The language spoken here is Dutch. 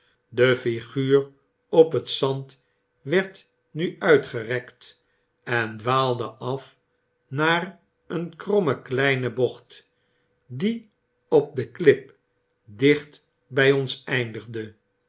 de iiguur op het zand werd nu uitgerekt en dwaalde af naar een kromme kleine bocht die op de klip dicht by ons eindigde